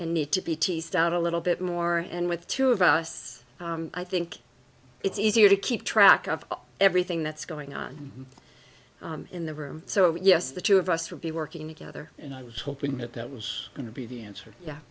and need to be teased out a little bit more and with two of us i think it's easier to keep track of everything that's going on in the room so yes the two of us will be working together and i was hoping that that was going to be the answer y